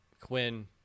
Quinn